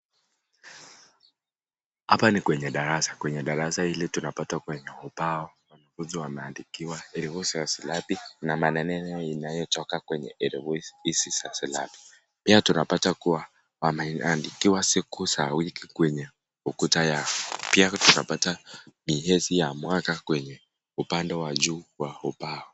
Hapa ni kwenye darasa kwenye darasa hili tunapata kwenye ubao wanafunzi wameandikiwa herufi za silabi na maneno inayotoka kwenye herufi hizi za silabi pia tunapata kuwa wameandikiwa siku za wiki kwenye ukuta yao pia tunapata miezi ya mwaka kwenye upande wa juu wa ubao .